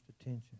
attention